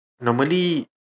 Normally